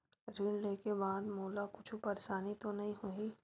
ऋण लेके बाद मोला कुछु परेशानी तो नहीं होही?